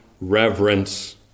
reverence